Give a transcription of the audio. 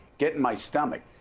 get in my stomach,